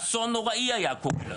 אסון נוראי היה פה.